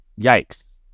yikes